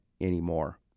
anymore